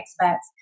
experts